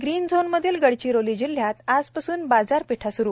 green zone मधील गडचिरोली जिल्ह्यात आज पासून बाजारपेठ स्रू